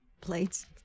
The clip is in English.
Plates